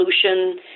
solution